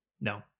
No